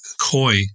coy